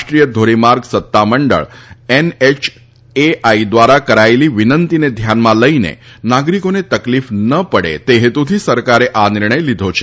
રાષ્ટ્રીય ધોરીમાર્ગ સત્તા મંડળ એનએચએઆઇ ઘ્વારા કરાયેલી વિનંતીને ધ્યાનમાં લઇને નાગરીકોને તકલીફ ન પડે તે હેતુથી સરકારે આ નિર્ણય લીધો છે